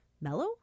mellow